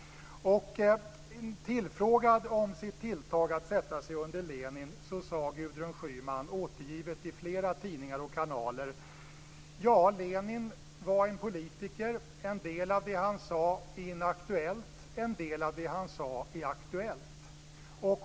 Tillfrågad om sitt tilltag att sätta sig under bilden av Lenin sade Gudrun Schyman, återgivet i flera tidningar och kanaler: Ja, Lenin var en politiker. En del av det han sade är inaktuellt. En del av det han sade är aktuellt.